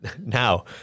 Now